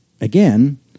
again